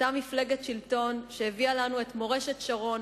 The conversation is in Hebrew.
אותה מפלגת שלטון שהביאה לנו את מורשת שרון,